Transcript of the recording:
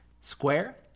Square